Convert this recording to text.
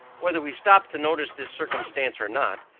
whether we stop to notice this circumstance or not,